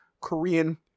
Korean